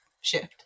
shift